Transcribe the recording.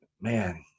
man